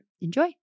Enjoy